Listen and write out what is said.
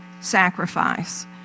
sacrifice